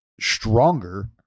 stronger